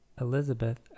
elizabeth